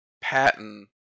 Patton